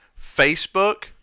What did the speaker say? Facebook